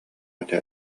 этэ